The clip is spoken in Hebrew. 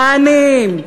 העניים,